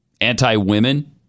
anti-women